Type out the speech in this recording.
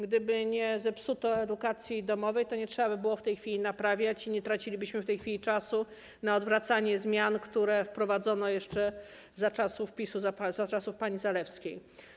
Gdyby nie zepsuto edukacji domowej, to nie trzeba by było w tej chwili naprawiać i nie tracilibyśmy w tej chwili czasu na odwracanie zmian, które wprowadzono jeszcze za czasów PiS-u, za czasów pani Zalewskiej.